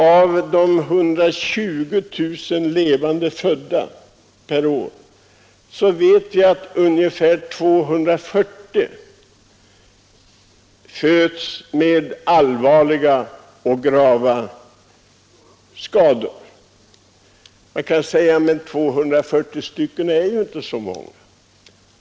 Av de 120 000 levande födda per år vet vi att ungefär 240 föds med grava skador. Man kan säga: Men 240 är inte så många!